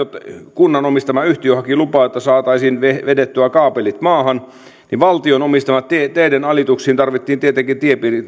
kunnan omistama yhtiö haki lupaa että saataisiin vedettyä kaapelit maahan valtion omistamien teiden alituksiin tarvittiin tietenkin